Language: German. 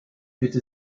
bitte